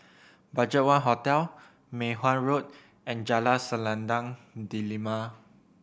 BudgetOne Hotel Mei Hwan Road and Jalan Selendang Delima